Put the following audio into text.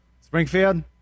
Springfield